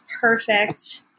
perfect